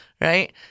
right